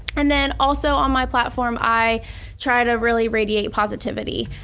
and then also on my platform, i try to really radiate positivity.